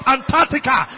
Antarctica